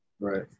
Right